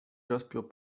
rozpiął